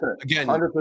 again